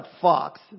fox